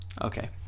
Okay